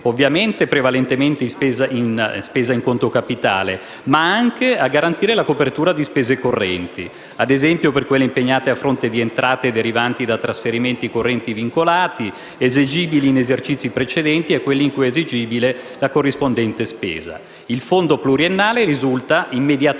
destinate prevalentemente alla spesa in conto capitale, ma anche per la copertura di spese correnti, ad esempio per quelle impegnate a fronte di entrate derivanti da trasferimenti correnti vincolati esigibili in esercizi precedenti a quelli in cui è esigibile la corrispondente spesa. Il fondo pluriennale risulta immediatamente